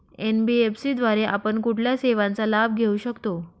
NBFC द्वारे आपण कुठल्या सेवांचा लाभ घेऊ शकतो?